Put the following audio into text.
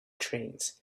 trains